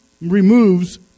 removes